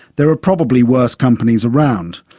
there are probably worse companies around.